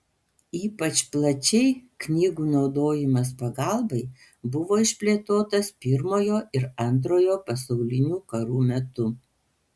ypač plačiai knygų naudojimas pagalbai buvo išplėtotas pirmojo ir antrojo pasaulinių karų metu